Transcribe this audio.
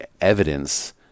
evidence